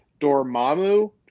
Dormammu